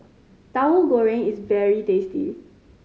Tauhu Goreng is very tasty